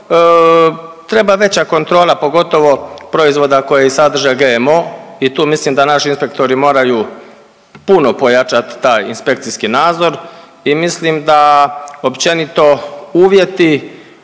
treba veća kontrola pogotovo proizvoda koji sadrže GMO i tu mislim da naši inspektori moraju puno pojačat taj inspekcijski nadzor i mislim da općenito uvjeti